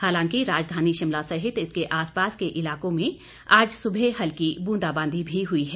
हालांकि राजधानी शिमला सहित इसके आसपास के इलाकों में आज सुबह हल्की ब्रंदाबांदी भी हुई है